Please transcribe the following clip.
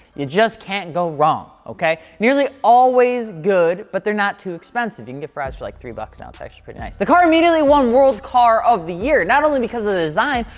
you just can't go wrong, okay? nearly always good, but they're not too expensive. you can get fries for like three bucks now. it's actually pretty nice. the car immediately won world car of the year, not only because of the design,